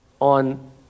on